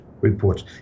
reports